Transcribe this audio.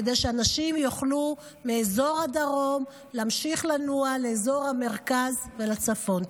כדי שאנשים יוכלו מאזור הדרום להמשיך לנוע לאזור המרכז ולצפון.